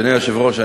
אדוני היושב-ראש,